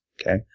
Okay